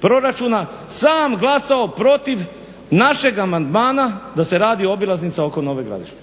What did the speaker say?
proračuna, sam glasao protiv našeg amandmana da se radi obilaznica oko Nove Gradiške.